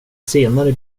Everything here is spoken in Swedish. senare